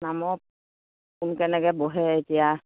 নামৰ কোন কেনেকে বহে এতিয়া